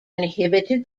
inhibited